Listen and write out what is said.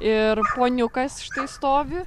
ir poniukas štai stovi